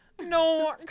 No